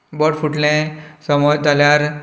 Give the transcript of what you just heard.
बोट फुटलें समज जाल्यार